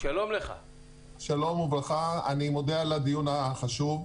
אני מודה על הדיון החשוב.